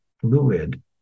fluid